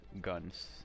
guns